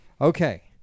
Okay